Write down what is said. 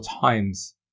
times